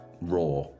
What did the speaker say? raw